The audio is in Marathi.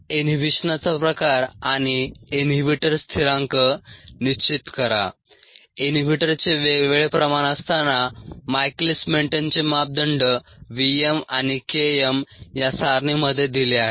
इनहिबिशनाचा प्रकार आणि इनहिबीटर स्थिरांक निश्चित करा इनहिबीटरचे वेगवेगळे प्रमाण असताना मायकेलिस मेंटेनचे मापदंड V m आणि K m या सारणीमध्ये दिले आहेत